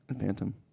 Phantom